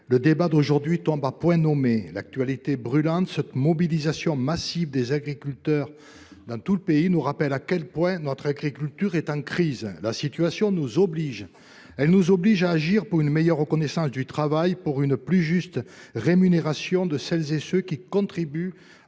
le débat d’aujourd’hui tombe à point nommé. L’actualité brûlante, avec cette mobilisation massive des agriculteurs dans tout le pays, nous rappelle à quel point notre agriculture est en crise. La situation nous oblige. Elle nous oblige à agir pour une meilleure reconnaissance du travail et pour une plus juste rémunération de celles et ceux qui contribuent